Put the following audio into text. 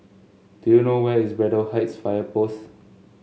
do you know where is Braddell Heights Fire Post